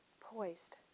poised